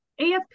AFP